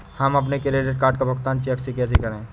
हम अपने credit card का भुगतान चेक से कैसे करें?